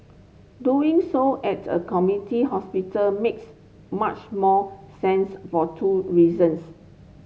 doing so at a community hospital makes much more sense for two reasons